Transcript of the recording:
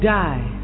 die